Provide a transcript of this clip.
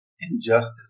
injustice